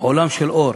עולם של אור